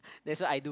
that's what I do